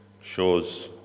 shows